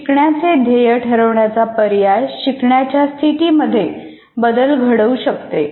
शिकण्याचे ध्येय ठरवण्याचा पर्याय शिकण्याच्या स्थितीमध्ये बदल घडवू शकते